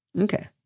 okay